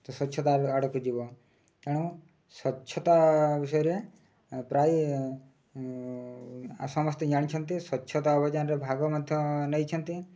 ସ୍ୱଚ୍ଛତା ଆଡ଼କୁ ଯିବ ତେଣୁ ସ୍ୱଚ୍ଛତା ବିଷୟରେ ପ୍ରାୟ ସମସ୍ତେ ଜାଣିଛନ୍ତି ସ୍ୱଚ୍ଛତା ଅଭିଯାନରେ ଭାଗ ମଧ୍ୟ ନେଇଛନ୍ତି